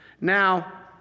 Now